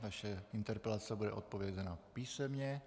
Vaše interpelace bude odpovězena písemně.